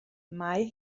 mae